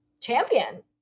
champion